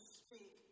speak